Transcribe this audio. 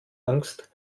angst